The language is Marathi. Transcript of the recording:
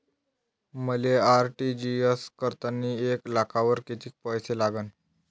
मले आर.टी.जी.एस करतांनी एक लाखावर कितीक पैसे लागन?